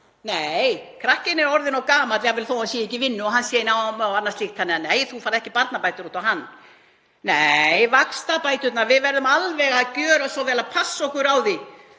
Nei, krakkinn er orðinn of gamall, jafnvel þótt hann sé ekki í vinnu og hann sé í námi og annað slíkt þannig að nei, þú færð ekki barnabætur út á hann. Nei, vaxtabæturnar — við verðum alveg að gjöra svo vel að passa okkur á því